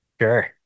Sure